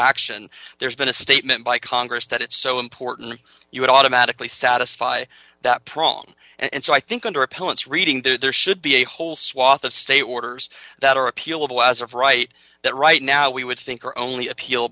action there's been a statement by congress that it's so important you would automatically satisfy that prong and so i think under opponents reading there should be a whole swath of state orders that are appealable as of right that right now we would think are only appeal